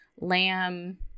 lamb